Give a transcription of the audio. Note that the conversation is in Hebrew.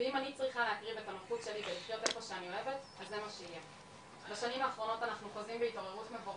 בילינו ביחד עשרות רבות